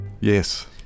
Yes